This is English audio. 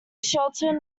shelton